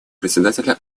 председателем